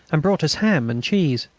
and brought us ham and cheese.